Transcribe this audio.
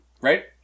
right